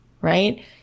right